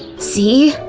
see?